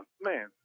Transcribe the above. man